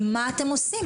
ומה אתם עושים?